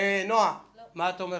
נועה, מה את אומרת?